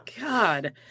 God